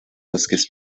bosques